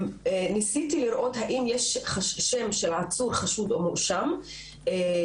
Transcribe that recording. ניסיתי לראות האם יש שם של עצור חשוד או מואשם בכל